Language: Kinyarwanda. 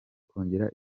kongera